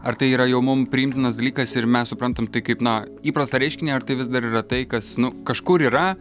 ar tai yra jau mum priimtinas dalykas ir mes suprantam tai kaip na įprastą reiškinį ar tai vis dar yra tai kas nu kažkur yra